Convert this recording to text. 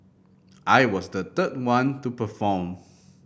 I was the third one to perform